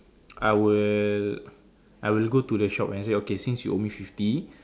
I will I will go to the shop and say since you owe me fifty